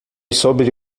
sobre